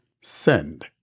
Send